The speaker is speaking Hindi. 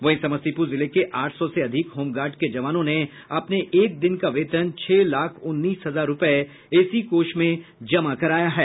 वहीं समस्तीपुर जिले के आठ सौ से अधिक होमगार्ड के जवानों ने अपने एक दिन का वेतन छह लाख उन्नीस हजार रूपये इसी कोष में जमा कराया है